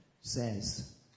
says